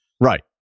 right